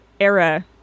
era